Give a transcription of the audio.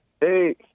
Hey